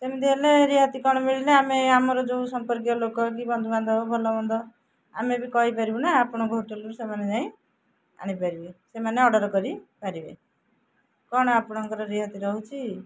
ସେମିତି ହେଲେ ରିହାତି କ'ଣ ମିଳିଲେ ଆମେ ଆମର ଯେଉଁ ସମ୍ପର୍କୀୟ ଲୋକ କି ବନ୍ଧୁବାନ୍ଧବ ଭଲ ବନ୍ଧ ଆମେ ବି କହିପାରିବୁ ନା ଆପଣଙ୍କ ହୋଟେଲରୁ ସେମାନେ ଯାଇ ଆଣିପାରିବେ ସେମାନେ ଅର୍ଡ଼ର କରିପାରିବେ କ'ଣ ଆପଣଙ୍କର ରିହାତି ରହୁଛି